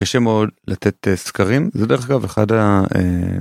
קשה מאוד לתת סקרים זה דרך אגב אחד...